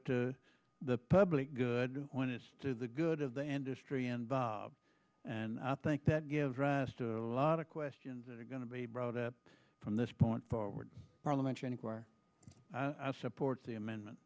to the public good when it's to the good of the industry and bob and i think that gives rise to a lot of questions that are going to be brought up from this point forward parliamentary inquiry i support the amendment